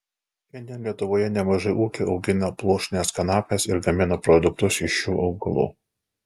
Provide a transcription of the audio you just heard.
šiandien lietuvoje nemažai ūkių augina pluoštines kanapes ir gamina produktus iš šių augalų